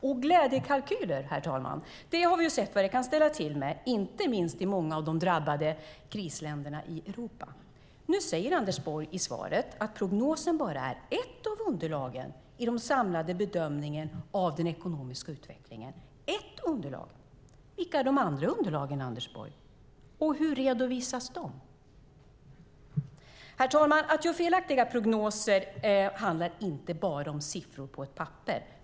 Och vi har sett, herr talman, vad glädjekalkyler kan ställa till med, inte minst i många av de drabbade krisländerna i Europa. Nu säger Anders Borg i svaret att prognosen bara är " ett av underlagen i den samlade bedömningen av den ekonomiska utvecklingen". Ett underlag - vilka är de andra underlagen, Anders Borg? Och hur redovisas de? Herr talman! Att göra felaktiga prognoser handlar inte bara om siffror på ett papper.